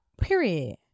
Period